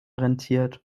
rentiert